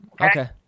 Okay